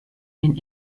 den